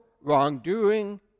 wrongdoing